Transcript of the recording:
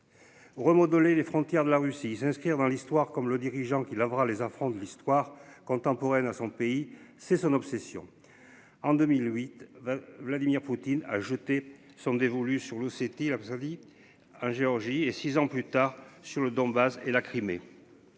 Remodeler les frontières de la Russie s'inscrire dans l'histoire comme le dirigeant qui lavera les enfants de l'histoire contemporaine à son pays, c'est son obsession. En 2008, Vladimir Poutine a jeté. Son dévolu sur le site, il Afzali. Hein. Géorgie et six ans plus tard sur le Donbass et la Crimée.